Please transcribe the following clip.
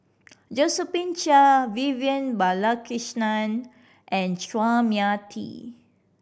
Josephine Chia Vivian Balakrishnan and Chua Mia Tee